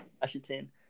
Washington